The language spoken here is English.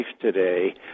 today